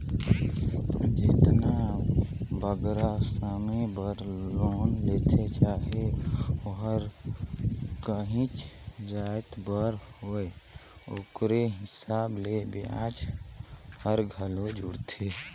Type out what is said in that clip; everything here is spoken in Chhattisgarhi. जेतना बगरा समे बर लोन लेथें चाहे ओहर काहींच जाएत बर होए ओकरे हिसाब ले बियाज हर घलो जुड़थे